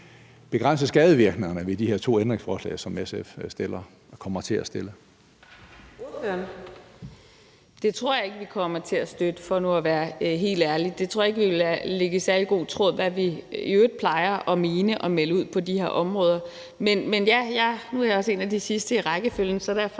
Fjerde næstformand (Karina Adsbøl): Ordføreren. Kl. 14:09 Zenia Stampe (RV): Det tror jeg ikke vi kommer til at støtte, for nu at være helt ærlig. Det tror jeg ikke vil ligge i særlig god tråd med, hvad vi i øvrigt plejer at mene og melde ud på de her områder. Nu er jeg også en af de sidste i rækkefølgen, så derfor